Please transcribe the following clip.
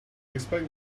expect